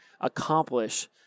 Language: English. accomplish